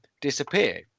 disappear